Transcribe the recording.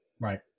Right